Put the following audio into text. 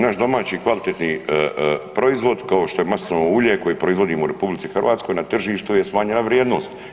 Naši domaći kvalitetni proizvod kao što je maslinovo ulje koje proizvodim u RH, na tržištu je smanjena vrijednost.